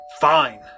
fine